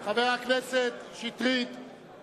אנחנו עוברים להצבעה הראשונה.